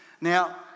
Now